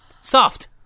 Soft